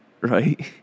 right